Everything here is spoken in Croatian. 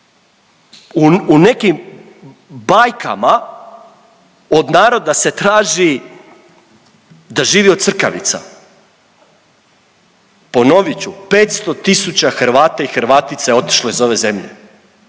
u nekim bajkama od naroda se traži da živi od crkavica. Ponovit ću 500 tisuća Hrvata i Hrvatica je otišlo iz ove zemlje,